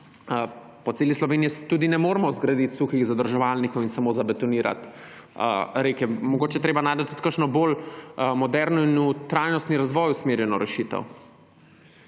po celi Sloveniji tudi ne moremo zgraditi suhih zadrževalnikov in samo zabetonirati reke, mogoče je treba najti tudi kakšno bolj moderno in v trajnostni razvoj usmerjeno rešitev.